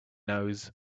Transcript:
knows